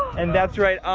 and that's right.